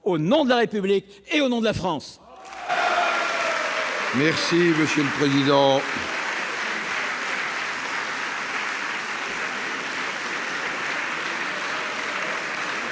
au nom de la République et au nom de la France